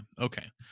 Okay